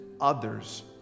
others